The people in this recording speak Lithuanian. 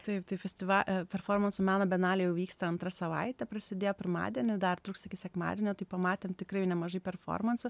taip tai performanso meno bienalė jau vyksta antrą savaitę prasidėjo pirmadienį dar truks iki sekmadienio tai pamatėm tikrai jau nemažai performansų